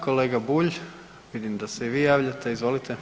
Kolega Bulj, vidim da se i vi javljate, izvolite.